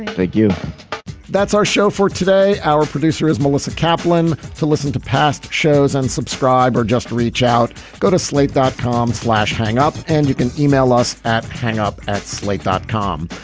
thank you that's our show for today. our producer is melissa kaplan to listen to past shows unsubscribe or just reach out. go to slate dot com slash hang up and you can e-mail us at hang up at slate dot com.